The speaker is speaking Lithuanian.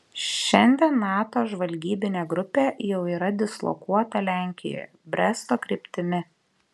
šiandien nato žvalgybinė grupė jau yra dislokuota lenkijoje bresto kryptimi